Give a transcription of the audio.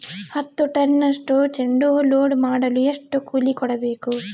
ಹತ್ತು ಟನ್ನಷ್ಟು ಚೆಂಡುಹೂ ಲೋಡ್ ಮಾಡಲು ಎಷ್ಟು ಕೂಲಿ ಕೊಡಬೇಕು?